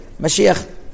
Mashiach